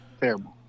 Terrible